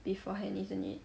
beforehand isn't it